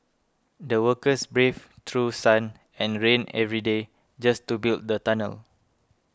the workers braved through sun and rain every day just to build the tunnel